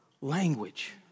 language